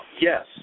Yes